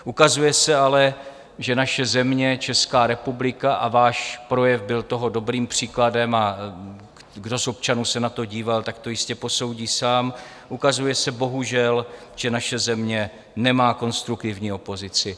Ukazuje se ale, že naše země, Česká republika a váš projev byl toho dobrým příkladem, a kdo z občanů se na to díval, tak to jistě posoudí sám ukazuje se bohužel, že naše země nemá konstruktivní opozici.